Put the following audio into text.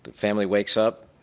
family wakes up,